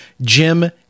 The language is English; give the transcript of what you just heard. Jim